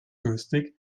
durstig